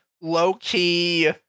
low-key